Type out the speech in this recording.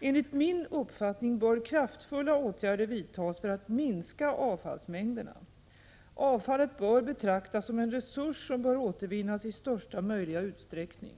Enligt min uppfattning bör kraftfulla åtgärder vidtas för att minska avfallsmängderna. Avfallet bör betraktas som en resurs som bör återvinnas i största möjliga utsträckning.